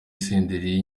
senderi